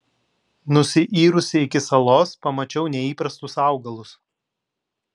nusiyrusi iki salos pamačiau neįprastus augalus